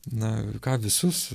na ką visus